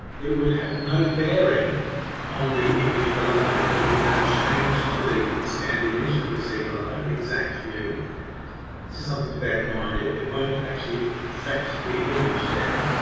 it would have no bearing on the image below. there would be no change to the scanned image that we see below, the exact view this is something to bear in mind, it it won't actually affect the image there